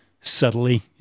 Subtly